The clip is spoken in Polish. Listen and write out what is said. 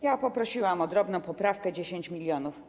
Ja poprosiłam o drobną poprawkę - 10 mln.